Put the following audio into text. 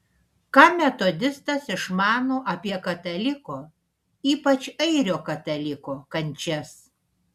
ką metodistas išmano apie kataliko ypač airio kataliko kančias